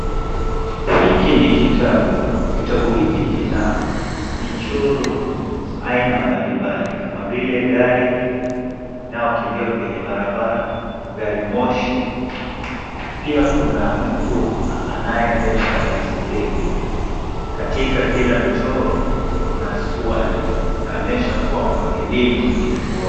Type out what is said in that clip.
Hiki ni kitabu. Kitabu hiki kina michoro aina mbali mbali kama vile gari inayokimbia kwenye barabara, gari moshi, pia kuna mtu anayeendesha baiskeli. Katika kila michoro kuna swali. Inaonyesha kwamba elimu ni kitu bora.